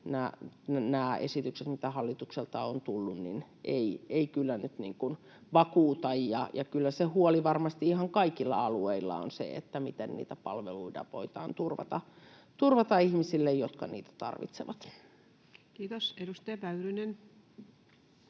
esitykset, mitä hallitukselta on tullut, eivät kyllä nyt vakuuta. Kyllä se huoli varmasti ihan kaikilla alueilla on se, miten niitä palveluita voidaan turvata ihmisille, jotka niitä tarvitsevat. Kiitos. — Edustaja Väyrynen.